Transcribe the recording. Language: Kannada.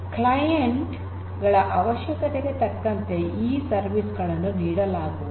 ಕ್ಲೈಂಟ್ ಗಳ ಅವಶ್ಯಕತೆಗೆ ತಕ್ಕಂತೆ ಈ ಸರ್ವಿಸ್ ಗಳನ್ನು ನೀಡಲಾಗುವುದು